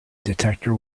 detector